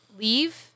leave